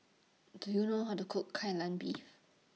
Do YOU know How to Cook Kai Lan Beef